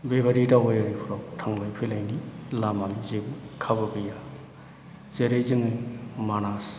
बेबादि दावबायारिफ्राव थांलाय फैलायनि लामानि जेबो खाबु गैया जेरै जोंङो मानास